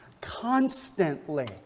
constantly